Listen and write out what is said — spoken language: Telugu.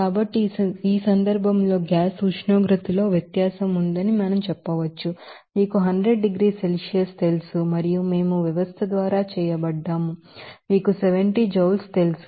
కాబట్టి ఈ సందర్భంలో గ్యాస్ ఉష్ణోగ్రతలో వ్యత్యాసం ఉందని మనం చెప్పవచ్చు మీకు 100 డిగ్రీల సెల్సియస్ తెలుసు మరియు మేము వ్యవస్థ ద్వారా చేయబడ్డాము మీకు 70 జౌల్ తెలుసు